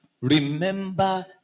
remember